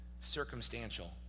circumstantial